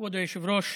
היושבת-ראש,